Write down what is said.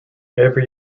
every